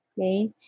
Okay